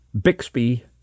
Bixby